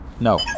No